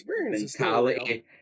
mentality